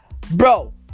bro